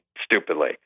stupidly